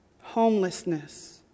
homelessness